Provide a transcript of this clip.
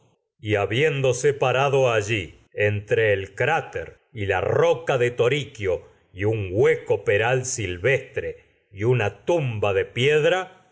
y habiéndose parado allí entre el cráter y la roca de hueco peral toriquio y un silvestre y una tumba de pie